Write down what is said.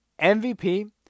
MVP